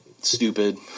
stupid